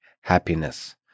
happiness